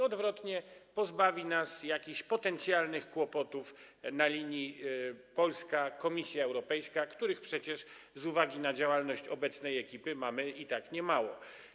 Odwrotnie: pozbawi nas jakichś potencjalnych kłopotów na linii Polska - Komisja Europejska, których przecież z uwagi na działalność obecnej ekipy mamy i tak niemało.